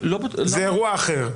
זה אירוע אחר.